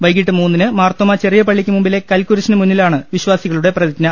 വൈകിട്ട് മൂന്നിന് മാർത്തോമാ ചെറിയ പള്ളിക്ക് മുമ്പിലെ കൽക്കുരിശിന് മുന്നിലാണ് വിശ്വാസികളുടെ പ്രതിജ്ഞ